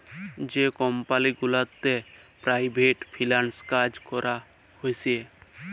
যে কমপালি গুলাতে পেরাইভেট ফিল্যাল্স কাজ ক্যরা হছে